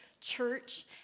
church